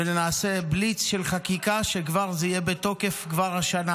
ונעשה בליץ של חקיקה שהחוק הזה יהיה בתוקף כבר השנה,